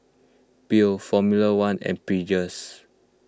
Biore formula one and Pringles